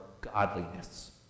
godliness